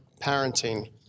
parenting